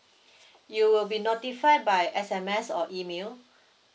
you will be notified by S_M_S or email